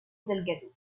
delgado